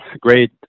great